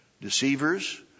deceivers